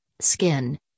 skin